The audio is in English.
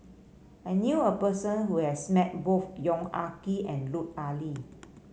I knew a person who has met both Yong Ah Kee and Lut Ali